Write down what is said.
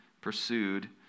pursued